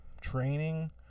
training